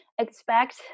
expect